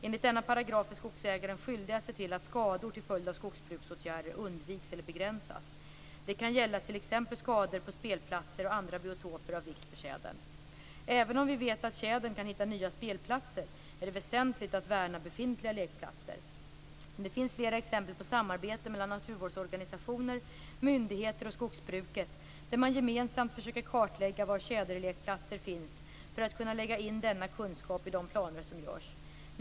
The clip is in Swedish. Enligt denna paragraf är skogsägaren skyldig att se till att skador till följd av skogsbruksåtgärder undviks eller begränsas. Det kan gälla t.ex. skador på spelplatser och andra biotoper av vikt för tjädern. Även om vi vet att tjädern kan hitta nya spelplatser är det väsentligt att värna befintliga lekplatser. Det finns flera exempel på samarbete mellan naturvårdsorganisationer, myndigheter och skogsbruket där man gemensamt försöker kartlägga var tjäderlekplatser finns för att kunna lägga in denna kunskap i de planer som görs.